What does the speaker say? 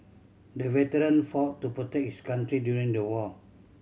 the veteran fought to protect his country during the war